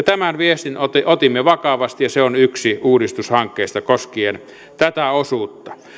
tämän viestin otimme otimme vakavasti ja se on yksi uudistushankkeista koskien tätä osuutta